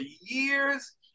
years